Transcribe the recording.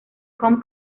come